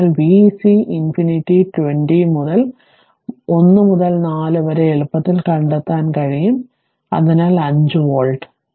അതിനാൽ vc ∞ 20 മുതൽ 1 മുതൽ 4 വരെ എളുപ്പത്തിൽ കണ്ടെത്താൻ കഴിയും അതിനാൽ 5 വോൾട്ട്